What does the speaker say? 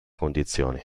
condizioni